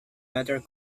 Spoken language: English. better